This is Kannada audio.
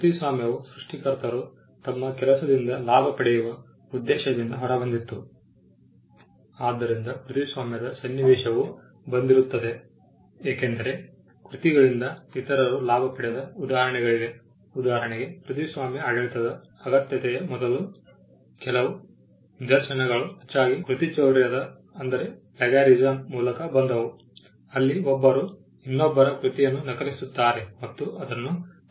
ಕೃತಿಸ್ವಾಮ್ಯವು ಸೃಷ್ಟಿಕರ್ತರು ತಮ್ಮ ಕೆಲಸದಿಂದ ಲಾಭ ಪಡೆಯುವ ಉದ್ದೇಶದಿಂದ ಹೊರಬಂದಿತು ಆದ್ದರಿಂದ ಕೃತಿಸ್ವಾಮ್ಯದ ಸನ್ನಿವೇಶವು ಬಂದಿರುತ್ತದೆ ಏಕೆಂದರೆ ಈ ಕೃತಿಗಳಿಂದ ಇತರರು ಲಾಭ ಪಡೆದ ಉದಾಹರಣೆಗಳಿವೆ ಉದಾಹರಣೆಗೆ ಕೃತಿಸ್ವಾಮ್ಯ ಆಡಳಿತದ ಅಗತ್ಯತೆಯ ಮೊದಲ ಕೆಲವು ನಿದರ್ಶನಗಳು ಹೆಚ್ಚಾಗಿ ಕೃತಿಚೌರ್ಯದ ಮೂಲಕ ಬಂದವು ಅಲ್ಲಿ ಒಬ್ಬರು ಇನ್ನೊಬ್ಬರ ಕೃತಿಯನ್ನು ನಕಲಿಸುತ್ತಾರೆ ಮತ್ತು ಅದನ್ನು ತಮ್ಮ ಸ್ವಂತ ಕೃತಿಯಾಗಿ ರವಾನಿಸುತ್ತಾರೆ